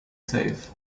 safe